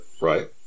right